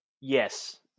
Yes